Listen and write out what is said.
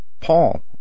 Paul